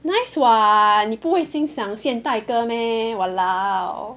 nice [what] 你不会欣赏现代歌 meh !walao!